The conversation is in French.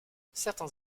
certains